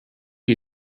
you